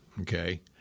okay